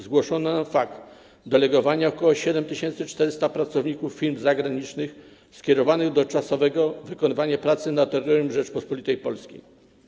Zgłoszono fakt delegowania ok. 7400 pracowników firm zagranicznych, skierowanych do czasowego wykonywania pracy na terytorium Rzeczypospolitej Polskiej.